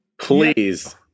Please